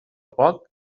poc